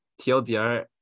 TLDR